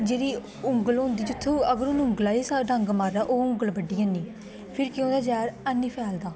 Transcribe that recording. जेहड़ी उंगल होंदी जित्थूं अगर हून उंगल ऐ जिस साइड डंग मारे दा ओह् उंगल बड ओड़नी फिर केह् होना जहर है नी फैलदा